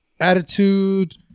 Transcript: attitude